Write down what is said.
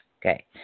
Okay